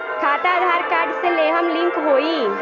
खाता आधार कार्ड से लेहम लिंक होई?